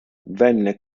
venne